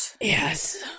Yes